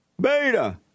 Beta